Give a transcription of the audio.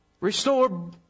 Restore